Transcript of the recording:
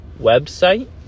website